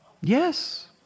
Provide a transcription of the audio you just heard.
Yes